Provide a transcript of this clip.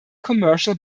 commercial